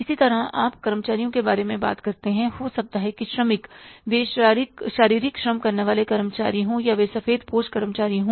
इसी तरह आप कर्मचारियों के बारे में बात करते हैं हो सकता है कि श्रमिक वे शारीरिक श्रम वाले कर्मचारी हों या वे सफेदपोश कर्मचारी हों